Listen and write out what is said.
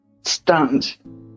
stunned